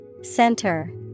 Center